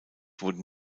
wurden